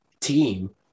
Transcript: team